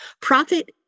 Profit